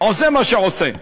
עושה מה שעושה.